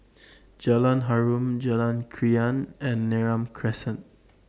Jalan Harum Jalan Krian and Neram Crescent